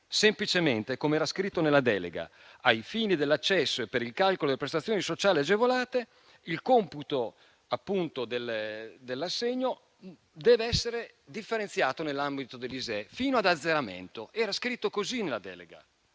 semplicemente, com'era scritto nella delega, che ai fini dell'accesso e per il calcolo delle prestazioni sociali agevolate, il computo dell'assegno debba essere differenziato nell'ambito dell'ISEE, fino all'azzeramento. Era scritto così nella delega,